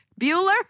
Bueller